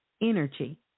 energy